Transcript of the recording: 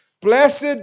Blessed